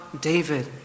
David